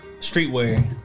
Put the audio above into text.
Streetwear